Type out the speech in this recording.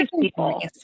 people